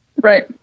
Right